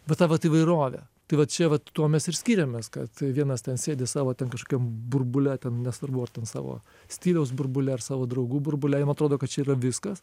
va tą vat įvairovę tai va čia vat tuo mes ir skiriamės kad vienas ten sėdi savo ten kažkokiam burbule ten nesvarbu savo stiliaus burbule ar savo draugų burbule ir jam atrodo kad čia yra viskas